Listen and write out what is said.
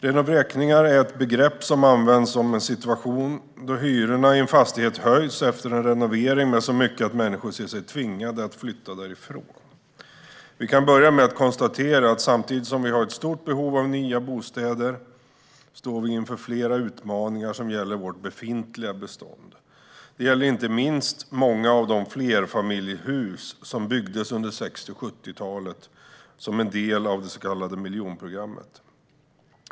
Renovräkningar är ett begrepp som används om en situation då hyrorna i en fastighet höjs efter en renovering med så mycket att människor ser sig tvingade att flytta därifrån. Vi kan börja med att konstatera att samtidigt som vi har ett stort behov av nya bostäder står vi inför flera utmaningar som gäller vårt befintliga bestånd. Det gäller inte minst många av de flerfamiljshus som byggdes under 1960 och 1970-talen som en del av det så kallade miljonprogrammet.